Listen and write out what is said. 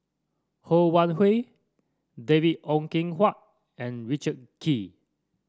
Ho Wan Hui David Ong Kim Huat and Richard Kee